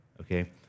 okay